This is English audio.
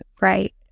Right